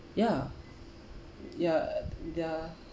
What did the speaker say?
ya ya they're